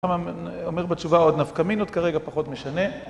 אומר בתשובה עוד נפקא מינות, כרגע פחות משנה.